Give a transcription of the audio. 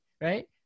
right